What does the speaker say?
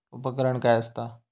उपकरण काय असता?